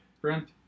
Brent